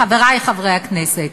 חברי חברי הכנסת,